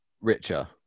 richer